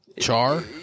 char